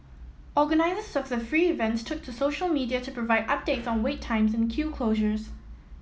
organisers of the free events took to social media to provide updates on wait times and queue closures